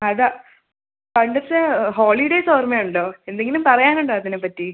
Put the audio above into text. അതാണ് പണ്ടത്തെ ഹോളിഡേയ്സ് ഓർമ്മയുണ്ടോ എന്തെങ്കിലും പറയാനുണ്ടോ അതിനെപ്പറ്റി